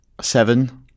seven